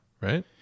right